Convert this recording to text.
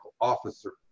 officer